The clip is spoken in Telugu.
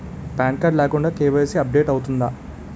పాన్ కార్డ్ లేకుండా కే.వై.సీ అప్ డేట్ అవుతుందా?